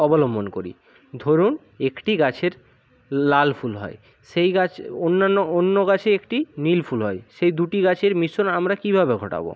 অবলম্বন করি ধরুন একটি গাছের লাল ফুল হয় সেই গাছ অন্যান্য অন্য গাছে একটি নীল ফুল হয় সেই দুটি গাছের মিশ্রণ আমরা কীভাবে ঘটাব